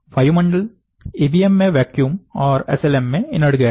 वायुमंडल ईबीएम में वैक्यूम और एसएलएम में इनर्ट गैस है